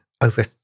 over